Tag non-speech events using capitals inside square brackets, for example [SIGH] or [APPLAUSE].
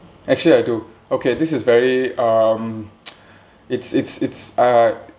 actually I do okay this is very um [NOISE] it's it's it's uh